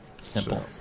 Simple